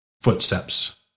footsteps